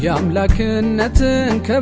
yeah i'm lucky enough to